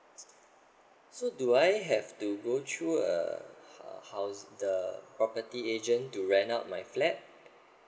so do I have to go through err house the property agent to rent out my flat